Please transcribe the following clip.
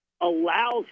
allows